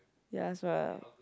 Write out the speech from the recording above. ya